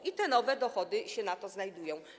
I te nowe dochody się na to znajdują.